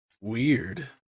Weird